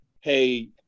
Hey